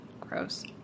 gross